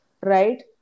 right